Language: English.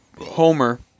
homer